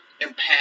impact